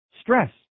Stress